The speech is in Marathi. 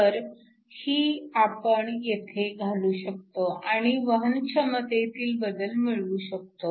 तर ही आपण येथे घालू शकतो आणि वहनक्षमतेतील बदल मिळवू शकतो